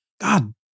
God